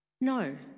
No